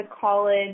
college